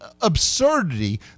absurdity